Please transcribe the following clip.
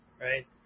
right